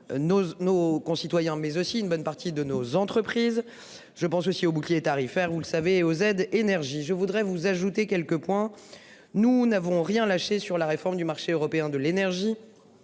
nos concitoyens mais aussi une bonne partie de nos entreprises. Je pense aussi au bouclier tarifaire, vous le savez, aux aides énergie. Je voudrais vous ajoutez quelques points. Nous n'avons rien lâcher sur la réforme du marché européen de l'énergie.